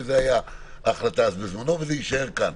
זו הייתה ההחלטה בזמנו וזה יישאר כאן.